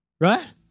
right